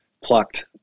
plucked